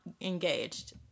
engaged